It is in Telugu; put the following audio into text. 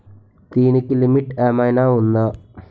దీనికి లిమిట్ ఆమైనా ఉందా?